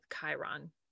Chiron